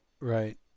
right